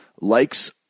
likes